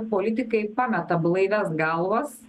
politikai pameta blaivias galvas